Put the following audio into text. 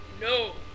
No